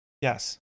Yes